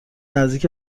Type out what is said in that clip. نزدیک